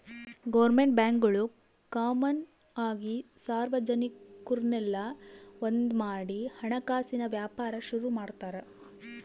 government ಬ್ಯಾಂಕ್ಗುಳು common ಆಗಿ ಸಾರ್ವಜನಿಕುರ್ನೆಲ್ಲ ಒಂದ್ಮಾಡಿ ಹಣಕಾಸಿನ್ ವ್ಯಾಪಾರ ಶುರು ಮಾಡ್ತಾರ